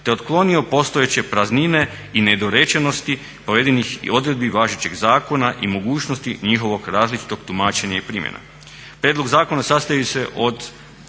te otklonio postojeće praznine i nedorečenosti pojedinih odredbi važećeg zakona i mogućnosti njihovog različitog tumačenja i primjena. Prijedlog zakona sastoji se od